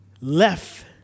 Left